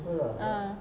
ah